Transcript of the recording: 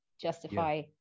justify